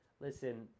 listen